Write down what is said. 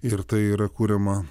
ir tai yra kuriama